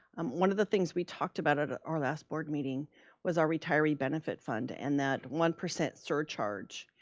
um one of the things we talked about at our last board meeting was our retiree benefit fund. and that one percent surcharge,